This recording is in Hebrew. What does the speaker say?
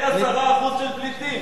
אין 10% של פליטים.